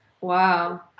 Wow